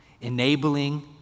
enabling